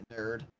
nerd